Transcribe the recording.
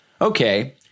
Okay